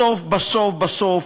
בסוף בסוף בסוף,